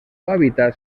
hábitat